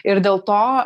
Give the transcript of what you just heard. ir dėl to